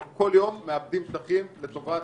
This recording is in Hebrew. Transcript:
אנחנו כל יום מאבדים שטחים לטובת